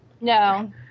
No